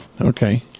Okay